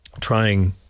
trying